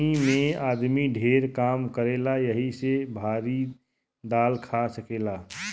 गर्मी मे आदमी ढेर काम करेला यही से भारी दाल खा सकेला